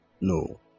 No